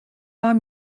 war